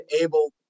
able